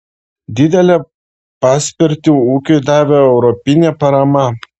didelę paspirtį ūkiui davė europinė parama